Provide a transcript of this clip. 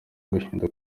guhinduka